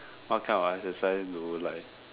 what kind of exercise do you like